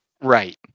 Right